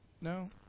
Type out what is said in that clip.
No